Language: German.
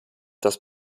das